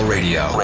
Radio